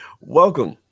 welcome